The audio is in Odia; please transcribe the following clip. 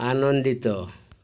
ଆନନ୍ଦିତ